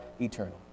eternal